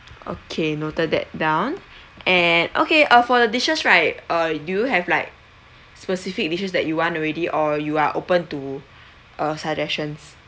okay noted that down and okay uh for the dishes right uh do you have like specific dishes that you want already or you are open to uh suggestions